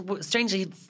strangely